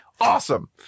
awesome